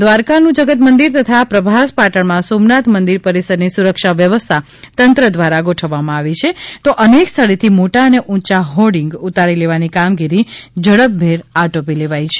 દ્વારકાનુ જગત મંદિર તથા પ્રભાસપાટણમાં સોમનાથ મંદિર પરિસરની સુરક્ષા વ્યવસ્થા તંત્ર દ્વારા ગોઠવવામાં આવી છે તો અનેક સ્થળેથી મોટા અને ઉંચા હોર્ડિંગ ઉતારી લેવાની કામગીરી ઝડપભેર આટોપી લેવાઇ છે